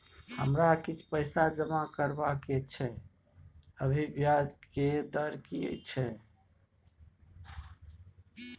हमरा किछ पैसा जमा करबा के छै, अभी ब्याज के दर की छै?